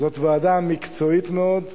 זאת ועדה מקצועית מאוד,